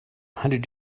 hundred